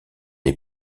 les